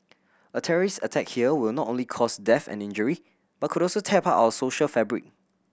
a terrorist attack here will not only cause death and injury but could also tear apart our social fabric